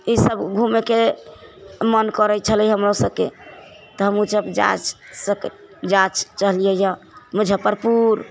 ई सब घूमेके मन करै छलै हमरो सबके तऽ हमहुँ सब जा सकै चाहलियै मुजफ्फरपुर